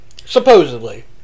Supposedly